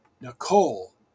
Nicole